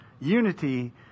Unity